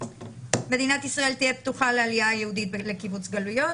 "מדינת ישראל תהא פתוחה לעלייה היהודית ולקיבוץ גלויות,